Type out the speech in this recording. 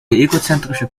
egozentrische